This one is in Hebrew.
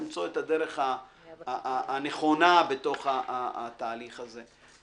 למצוא את הדרך הנכונה בתוך התהליך הזה.